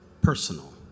personal